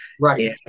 Right